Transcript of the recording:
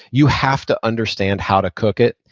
you have to understand how to cook it.